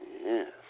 Yes